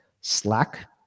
slack